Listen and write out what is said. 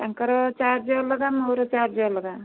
ତାଙ୍କର ଚାର୍ଜ ଅଲଗା ମୋର ଚାର୍ଜ ଅଲଗା